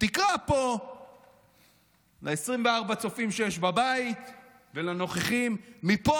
תקרא פה ל-24 הצופים שיש בבית ולנוכחים: מפה